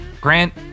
Grant